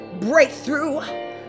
breakthrough